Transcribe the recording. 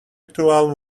virtual